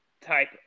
type